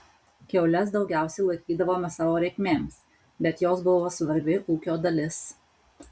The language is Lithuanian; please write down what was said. kiaules daugiausiai laikydavome savo reikmėms bet jos buvo svarbi ūkio dalis